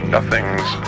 Nothings